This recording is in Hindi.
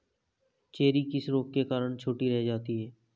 चेरी किस रोग के कारण छोटी रह जाती है?